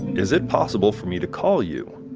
is it possible for me to call you?